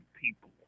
people